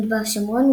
מדבר שומרון,